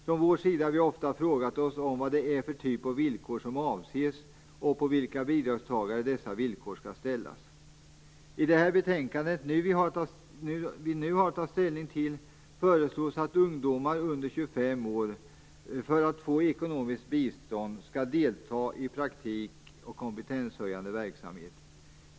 Från vår sida har vi ofta frågat oss vad det är för typ av villkor som avses och på vilka bidragstagare dessa villkor skall ställas. I det betänkande vi nu har att ta ställning till föreslås att ungdomar under 25 år för att få ekonomiskt bistånd skall delta i praktik och kompetenshöjande verksamhet.